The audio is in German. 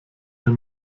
der